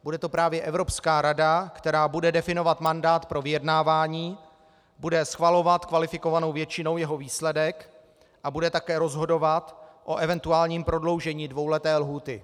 Bude to právě Evropská rada, která bude definovat mandát pro vyjednávání, bude schvalovat kvalifikovanou většinou jeho výsledek a bude také rozhodovat o eventuálním prodloužení dvouleté lhůty.